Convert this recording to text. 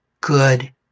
good